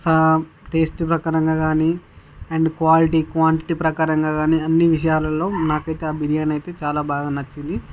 సా taste ప్రకారంగా కానీ and quality quantity ప్రకారంగా కానీ అన్నీ విషయాలలో నాకైతే ఆ బిర్యానీ అయితే చాలా బాగా నచ్చింది